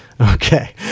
Okay